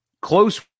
Close